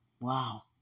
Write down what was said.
wow